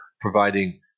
providing